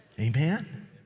Amen